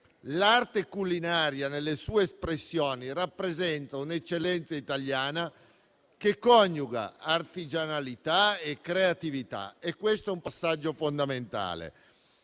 l'arte culinaria, nelle sue espressioni, rappresenta un'eccellenza italiana che coniuga artigianalità e creatività e questo è un passaggio fondamentale.